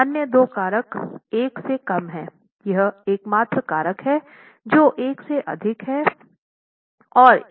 अन्य दो कारक 1 से कम हैं यह एकमात्र कारक हैं जो 1 से अधिक है और इसके पीछे तर्क है